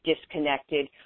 disconnected